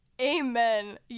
Amen